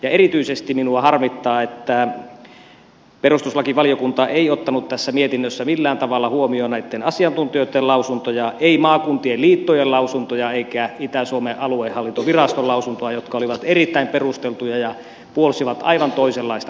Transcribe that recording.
erityisesti minua harmittaa että perustuslakivaliokunta ei ottanut tässä mietinnössä millään tavalla huomioon näitten asiantuntijoitten lausuntoja ei maakuntien liittojen lausuntoja eikä itä suomen aluehallintoviraston lausuntoa jotka olivat erittäin perusteltuja ja puolsivat aivan toisenlaista ratkaisua